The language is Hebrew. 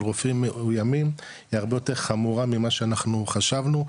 רופאים מאוימים היא הרבה יותר חמורה ממה שאנחנו חשבנו,